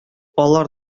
алар